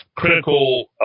Critical